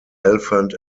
elephant